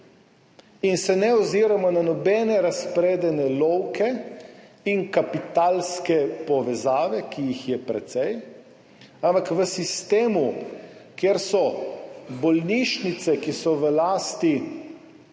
in se ne oziramo na nobene razpredene lovke in kapitalske povezave, ki jih je precej. Ampak kjer so bolnišnice, ki so v lasti